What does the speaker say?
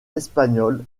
espagnol